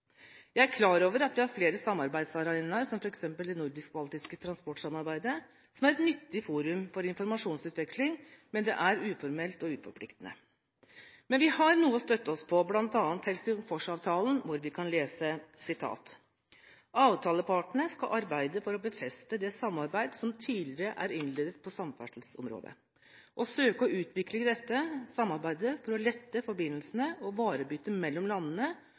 Jeg er klar over at vi har flere samarbeidsarenaer, som f.eks. det nordisk-baltiske transportsamarbeidet, som er et nyttig forum for informasjonsutveksling, men det er uformelt og uforpliktende. Men vi har noe å støtte oss på, bl.a. Helsingforsavtalen, hvor vi kan lese: «Avtalepartene skal arbeide for å befeste det samarbeid som tidligere er innledet på samferdselens område, og søke å utvikle dette samarbeidet for å lette forbindelsene og varebyttet mellom landene